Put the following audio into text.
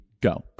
go